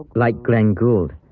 like glenn gould,